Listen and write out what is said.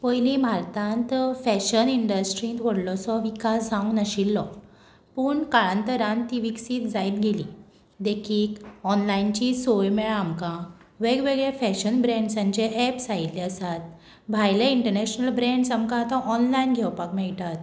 पयलीं भारतांत फॅशन इंडस्ट्रींत व्हडलोसो विकास जावंक नाशिल्लो पूण काळांतरान ती विकसीत जायत गेली देखीक ऑनलायनची सोय मेळ्ळा आमकां वेगवेगळे फॅशन ब्रँडसांचे एप्स आयिल्ले आसात भायले इंटरनॅशनल ब्रँड्स आमकां आतां ऑनलायन घेवपाक मेळटात